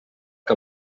que